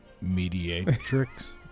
mediatrix